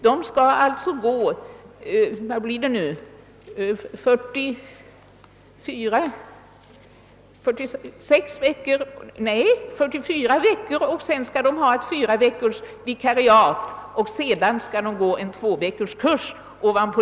Vidareutbildningskursen omfattar alltså 44 veckor, därefter kommer ett fyraveckors vikariat och ovanpå detta en tvåveckorskurs.